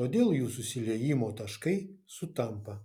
todėl jų susiliejimo taškai sutampa